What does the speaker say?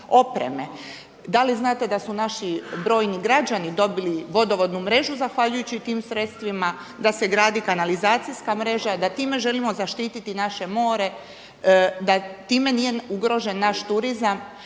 Da li znate da su naši brojni građani dobili vodovodnu mrežu zahvaljujući tim sredstvima, da se gradi kanalizacijska mreže, a time želimo zaštititi naše more, da time nije ugrožen naš turizam?